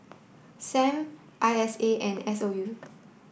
Sam I S A and S O U